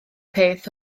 peth